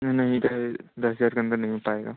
नहीं कए दस हज़ार के अंदर नहीं हो पाएगा